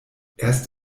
erst